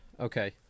okay